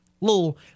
little